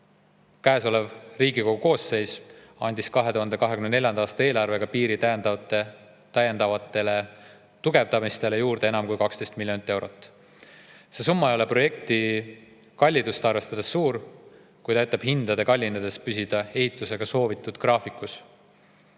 käesolev Riigikogu koosseis andis 2024. aasta eelarvega piiri täiendavale tugevdamisele juurde enam kui 12 miljonit eurot. See summa ei ole projekti kallidust arvestades suur, kuid aitab hindade kallinedes ehitusega soovitud graafikus